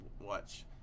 watch